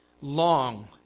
long